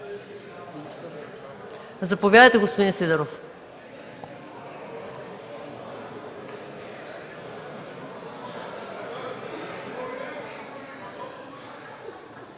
Заповядайте, господин Сидеров.